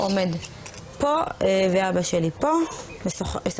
לתשומת לב או כמו הסתיימה הכתבה בסיוע למשפחות